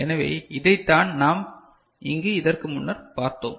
எனவே இதைத்தான் நாம் இங்கு இதற்கு முன்னர் பார்த்தோம்